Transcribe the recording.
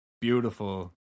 beautiful